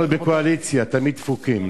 אנחנו בקואליציה תמיד דפוקים.